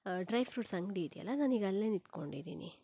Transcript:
dry fruits ಅಂಗಡಿ ಇದೆಯಲ್ಲ ನಾನೀಗ ಅಲ್ಲೇ ನಿಂತ್ಕೊಂಡಿದ್ದೀನಿ